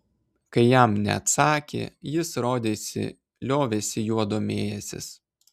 kai jam neatsakė jis rodėsi liovėsi juo domėjęsis